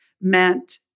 meant